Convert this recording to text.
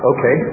Okay